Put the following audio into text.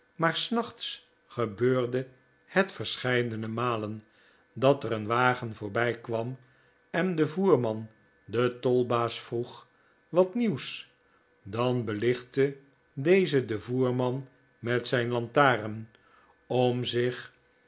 gebeurde het verscheidene malen dat er een wagen voorbij kwam en de voerman den tolbaas vroeg wat nieuws dan belichtte deze den voerman met zijn lantaren om zich